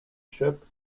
ship